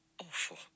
awful